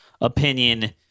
opinion